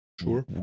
Sure